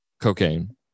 Cocaine